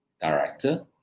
director